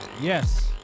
Yes